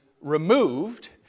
removed